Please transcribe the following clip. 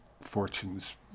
fortunes